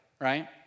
right